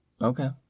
Okay